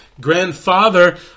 grandfather